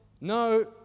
No